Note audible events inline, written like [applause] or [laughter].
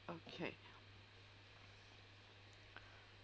okay [breath]